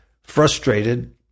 frustrated